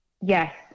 Yes